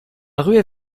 ruée